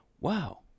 Wow